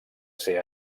ser